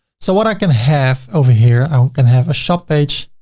so what i can have over here, i'm can have a shop page.